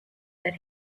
that